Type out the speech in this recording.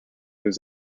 was